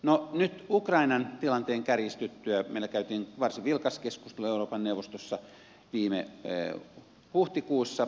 no nyt ukrainan tilanteen kärjistyttyä meillä käytiin varsin vilkas keskustelu euroopan neuvostossa viime huhtikuussa